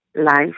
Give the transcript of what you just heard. life